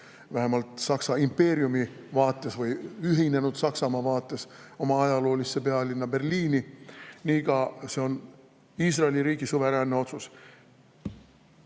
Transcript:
vähemalt Saksa impeeriumi vaates või ühinenud Saksamaa vaates oma ajaloolisse pealinna Berliini, nii on Iisraeli riigi suveräänne otsus,